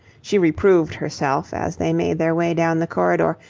she reproved herself, as they made their way down the corridor,